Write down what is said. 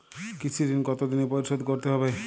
কৃষি ঋণ কতোদিনে পরিশোধ করতে হবে?